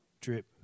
drip